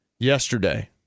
yesterday